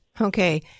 Okay